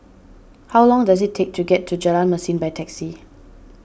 how long does it take to get to Jalan Mesin by taxi